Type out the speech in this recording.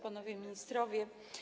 Panowie Ministrowie!